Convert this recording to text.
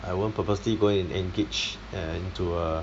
I won't purposely go and engage ya into uh